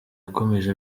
yakomeje